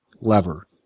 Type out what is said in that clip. lever